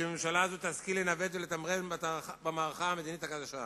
שהממשלה הזו תשכיל לנווט ולתמרן במערכה המדינית הקשה,